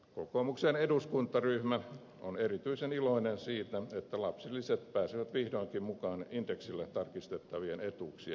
kokoomuksen eduskuntaryhmä on erityisen iloinen siitä että lapsilisät pääsevät vihdoinkin mukaan indeksillä tarkistettavien etuuksien joukkoon